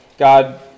God